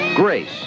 Grace